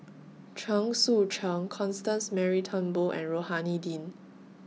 Chen Sucheng Constance Mary Turnbull and Rohani Din